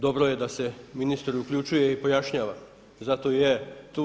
Dobro je da se ministar uključuje i pojašnjava, zato i je tu.